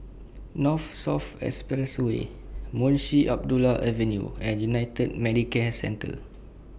North South Expressway Munshi Abdullah Avenue and United Medicare Centre